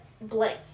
blank